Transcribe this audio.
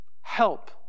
Help